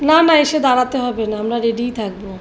না না এসে দাঁড়াতে হবে না আমরা রেডিই থাকবো